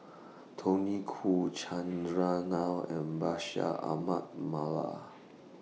Tony Khoo Chandran Nair and Bashir Ahmad Mallal